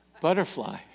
Butterfly